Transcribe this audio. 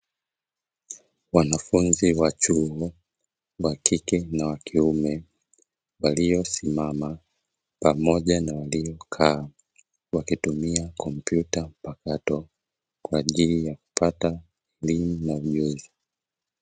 Wanafunzi wa chuo wa kike na wa kiume, waliosimama pamoja na waliokaa , wakitumia kompyuta mpakato kwa ajili ya kupata elimu na ujuzi.